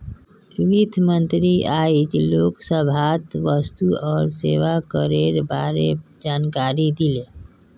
वित्त मंत्री आइज लोकसभात वस्तु और सेवा करेर बारे जानकारी दिले